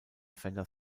fender